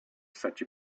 such